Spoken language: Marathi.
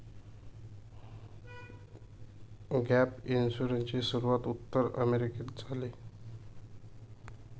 गॅप इन्शुरन्सची सुरूवात उत्तर अमेरिकेत झाली